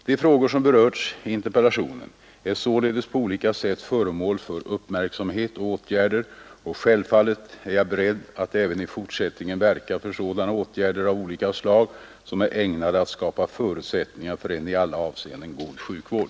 De frågor som berörts i interpellationen är således på olika sätt föremål för uppmärksamhet och åtgärder, och självfallet är jag beredd att även i fortsättningen verka för sådana åtgärder av olika slag som är ägnade att skapa förutsättningar för en i alla avseenden god sjukvård.